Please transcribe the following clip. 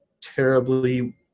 terribly